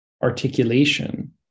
articulation